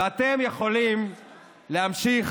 ואתם יכולים להמשיך